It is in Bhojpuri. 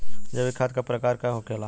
जैविक खाद का प्रकार के होखे ला?